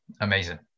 Amazing